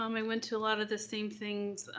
um i went to a lot of the same things.